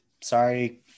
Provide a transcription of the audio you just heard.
sorry